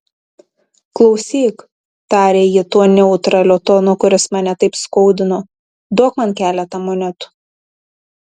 klausyk tarė ji tuo neutraliu tonu kuris mane taip skaudino duok man keletą monetų